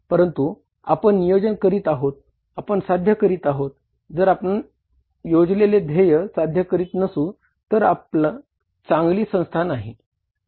परंतु आपण नियोजन करीत आहोत आपण साध्य करीत आहोत जर आपण योजलेले ध्येय साध्य करीत नसू तर आपण चांगली संस्था नाही